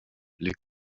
les